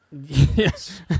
Yes